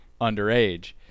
underage